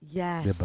yes